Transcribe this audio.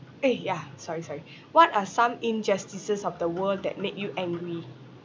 eh ya sorry sorry what are some injustices of the world that make you angry